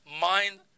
mind